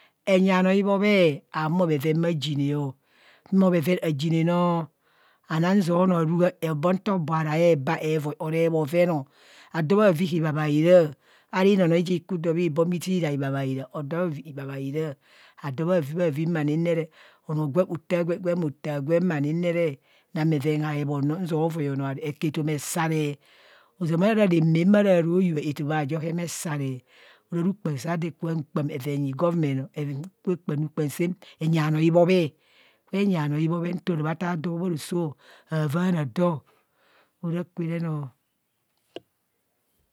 Enyi bhanoo ibobhe, haa humo bheven bhaji ne o, humo bheuen a ji ne noo onong nzia onoo aruhaan obaa nta aobo araabaa evoi o reb bheven odo bhavi hibhatha hạraa ara inonai ji ku doo bhi bro boo m isii ra hibhaabhaa ado bhaavi bhavi merere, onoo gwem ootaa gwem gwen, gwen aotaa gwem nang haebho noo nzia ovai anoo oku etoma esaree ozama raamaa maa ra royubha etoma ajo hee me saree ora rukpan saa adoo kpaam evaa nyi government o, eku bhe kpaam rukpaam saam enyi bhanoo ibhobhe enyi bhanoo ibobhe habha vaana doo ora kwa re noo.